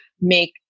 make